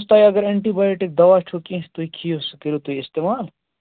تۄہہِ اگر antibiotic دوا چھُو کیٚنٛہہ تُہۍ کھیٚوِ سُہ کٔرِو تُہۍ استعمال